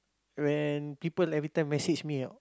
when people every time message me ah